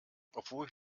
obwohl